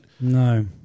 No